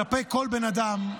כלפי כל בן אדם.